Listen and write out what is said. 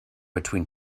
between